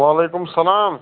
وعیکُم اَسلام